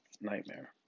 nightmare